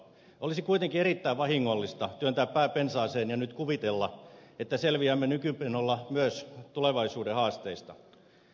olisi kuitenkin erittäin vahingollista työntää pää pensaaseen ja nyt kuvitella että selviämme nykymenolla myös tulevaisuuden haasteista